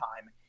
time